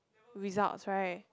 results right